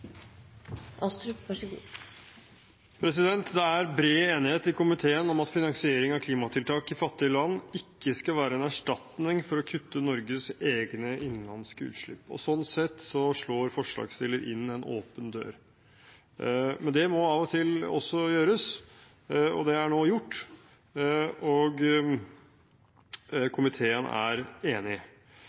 Det er bred enighet i komiteen om at finansiering av klimatiltak i fattige land ikke skal være en erstatning for å kutte Norges egne innenlandske utslipp. Sånn sett slår forslagsstilleren inn en åpen dør. Men det må av og til også gjøres, det er nå gjort, og komiteen er enig.